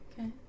Okay